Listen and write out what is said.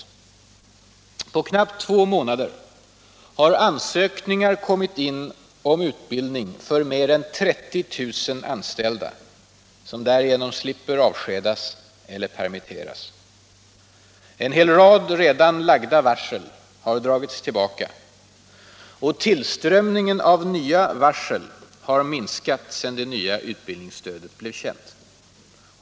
På knappt två månader har ansökningar kommit in om utbildning för mer än 30 000 anställda som därigenom slipper avskedas eller permitteras. En hel rad redan lagda varsel har dragits tillbaka och tillströmningen av nya varsel har minskat sedan det nya utbildningsstödet blev känt.